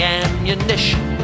ammunition